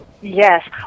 Yes